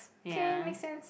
okay make sense